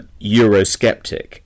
Eurosceptic